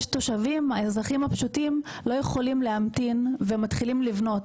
האזרחים הפשוטים לא יכולים להמתין והם מתחילים לבנות,